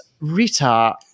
Rita